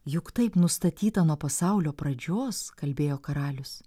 juk taip nustatyta nuo pasaulio pradžios kalbėjo karalius